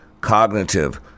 cognitive